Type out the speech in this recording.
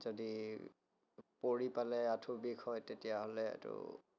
যদি পৰি পেলাই আঁঠুৰ বিষ হয় তেতিয়াহ'লে এইটো